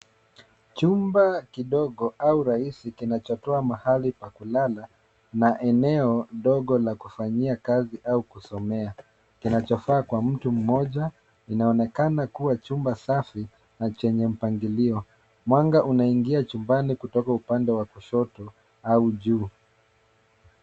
Chumba kidogo au rahisi kinachotoa mahali pa kulala na eneo dogo la kufanyia kazi au kusomea kinachofaa kwa mtu mmoja, kinaonekana kuwa chumba safi na chenye mpangilio. Mwanga unaingia chumbani kutoka upande wa kushoto au juu.